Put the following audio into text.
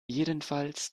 jedenfalls